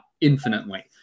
infinitely